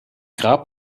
grab